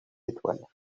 étoiles